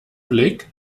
blick